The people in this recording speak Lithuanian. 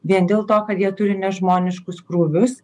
vien dėl to kad jie turi nežmoniškus krūvius